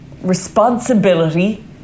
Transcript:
responsibility